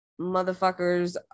motherfuckers